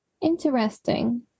Interesting